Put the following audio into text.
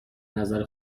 نظر